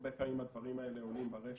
הרבה פעמים הדברים האלה עולים ברשת,